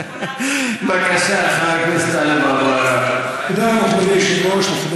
אני דואגת לפופולריות שלך,